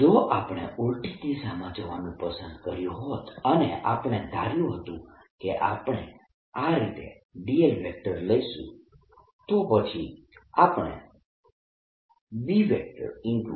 2π0I B0I2πR જો આપણે ઉલટી દિશામાં જવાનું પસંદ કર્યું હોત અને આપણે ધાર્યું હતું કે આપણે આ રીતે dl લઈશું તો પછી આપણને B